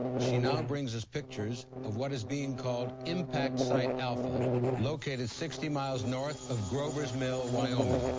she now brings us pictures of what is being called impact site alpha located sixty miles north of grover's mill, wyomg.